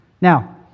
Now